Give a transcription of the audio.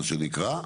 מה שנקרא,